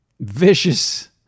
vicious